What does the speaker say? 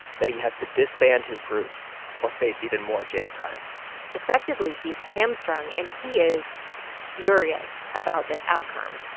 that he has to disband his group or face even more jail time effectively, he's hamstrung, and he is furious about this outcome.